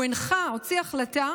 הוא הנחה, הוציא החלטה